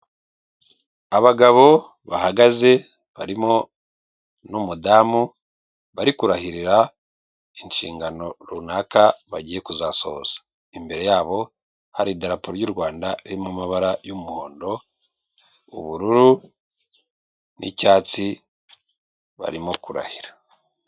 Uyu ni umugore ubona usa nkukuze umurebye neza ku maso he harakeye cyane, yambaye amadarubindi ndetse n'ikote ry'umukara n'ishati y'ubururu umusatsi we urasokoje.